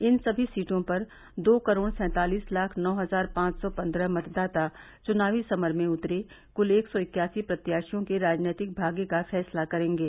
इन सभी सीटों पर दो करोड़ सैंतालीस लाख नौ हज़ार पांच सौ पन्द्रह मतदाता चुनावी समर में उतरे कूल एक सौ इक्यासी प्रत्याशियों के राजनैतिक भाग्य का फैसला करेंगे